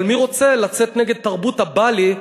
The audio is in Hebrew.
אבל מי רוצה לצאת נגד תרבות ה"בא לי"?